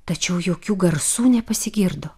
tačiau jokių garsų nepasigirdo